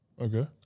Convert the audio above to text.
Okay